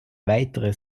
weitere